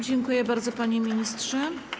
Dziękuję bardzo, panie ministrze.